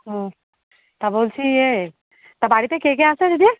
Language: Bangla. ওহ তা বলছি ইয়ে তা বাড়িতে কে কে আছে দিদি